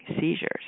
seizures